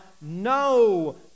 no